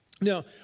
Now